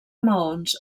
maons